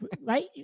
right